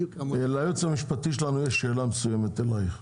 ליועץ המשפטי של הוועדה יש שאלה לגברת כהן.